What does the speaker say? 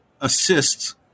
assists